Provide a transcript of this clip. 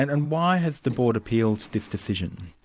and why has the board appealed this decision?